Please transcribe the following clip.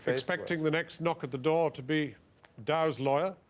expecting the next knock at the door to be dow's lawyer?